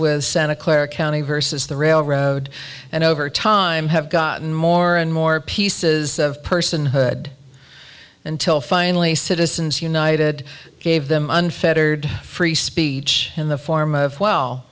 swith santa clara county versus the railroad and over time have gotten more and more pieces of personhood until finally citizens united gave them unfettered free speech in the form of well